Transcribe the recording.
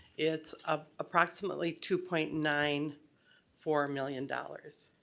it's ah approximately two point nine four million dollars.